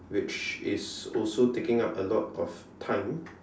which is also taking up a lot of time